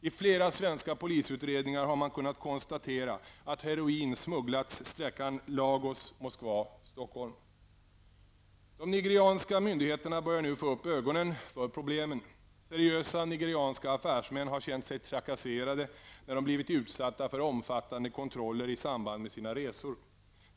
I flera svenska polisutredningar har man kunnat konstatera att heroin smugglats sträckan Lagos-- De nigerianska myndigheterna börjar emellertid nu få upp ögonen för problemen. Seriösa nigerianska affärsmän har känt sig trakasserade när de blivit utsatta för omfattande kontroller i samband med sina resor.